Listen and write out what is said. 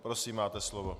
Prosím, máte slovo.